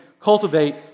cultivate